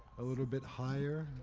a little bit higher?